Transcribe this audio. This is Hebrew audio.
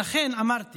אמרתי